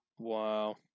Wow